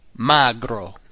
Magro